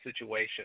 situation